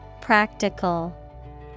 Practical